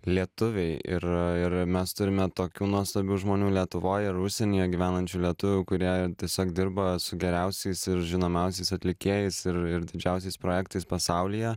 lietuviai ir ir mes turime tokių nuostabių žmonių lietuvoj ir užsienyje gyvenančių lietuvių kurie tiesiog dirba su geriausiais ir žinomiausiais atlikėjais ir ir didžiausiais projektais pasaulyje